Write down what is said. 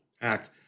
act